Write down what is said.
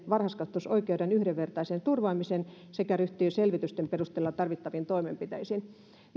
varhaiskasvatusoikeuden yhdenvertaisen turvaamisen sekä ryhtyy selvitysten perusteella tarvittaviin toimenpiteisiin